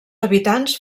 habitants